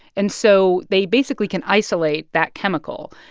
and so they basically can isolate that chemical,